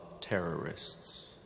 terrorists